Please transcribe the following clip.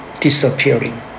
disappearing